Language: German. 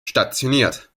stationiert